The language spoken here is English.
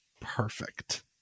perfect